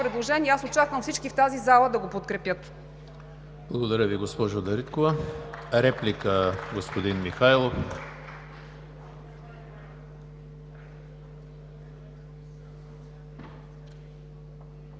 аз очаквам всички в тази зала да го подкрепят.